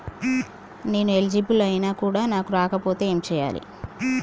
నేను ఎలిజిబుల్ ఐనా కూడా నాకు రాకపోతే ఏం చేయాలి?